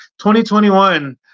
2021